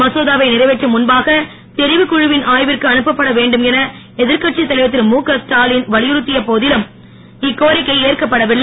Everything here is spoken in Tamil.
மசோதாவை நிறைவேற்றும் முன்பாக தெரிவுக்குழுவின் ஆய்விற்கு அனுப்பவேண்டுமென எதிர்கட்சித் தலைவர் திருமுகஸ்டாவின் வலியுறுத்திய போதிலும் இக்கோரிக்கை ஏற்கப்படவில்லை